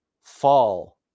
fall